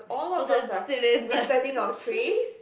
all the students are